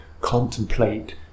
contemplate